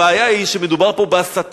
הבעיה היא שמדובר פה בהסתה,